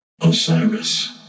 Osiris